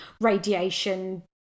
radiation